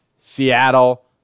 Seattle